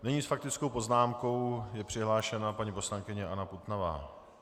Nyní s faktickou poznámkou je přihlášena paní poslankyně Anna Putnová.